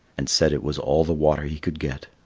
and said it was all the water he could get.